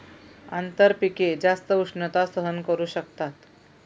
आंतरपिके जास्त उष्णता सहन करू शकतात